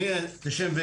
מ-1991,